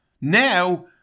Now